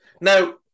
Now